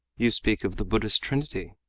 you speak of the buddhist trinity.